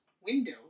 window